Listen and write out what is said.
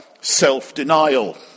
self-denial